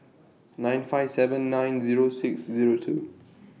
nine five seven nine Zero six Zero two